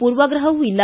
ಪೂರ್ವಾಗ್ರಹವೂ ಇಲ್ಲ